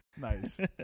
Nice